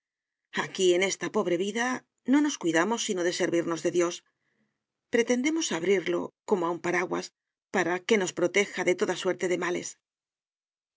aquí en esta pobre vida no nos cuidamos sino de servirnos de dios pretendemos abrirlo como a un paraguas para que nos proteja de toda suerte de males